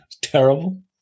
terrible